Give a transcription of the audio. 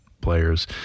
players